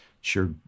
sure